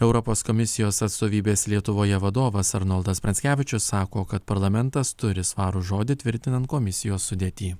europos komisijos atstovybės lietuvoje vadovas arnoldas pranckevičius sako kad parlamentas turi svarų žodį tvirtinant komisijos sudėtį